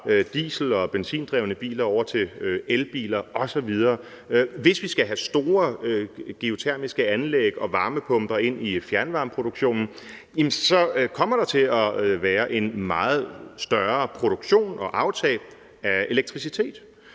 diesel- og benzindrevne biler og over til elbiler osv., hvis vi skal have store geotermiske anlæg og varmepumper ind i fjernvarmeproduktionen, så kommer der til at være en meget større produktion og et større aftag af elektricitet.